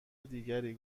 دیگری